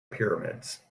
pyramids